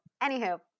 anywho